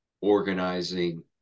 organizing